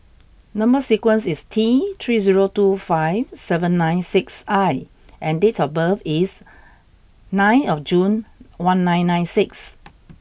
number sequence is T three zero two five seven nine six I and date of birth is nine of June one nine nine six